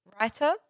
writer